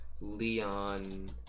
Leon